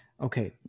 okay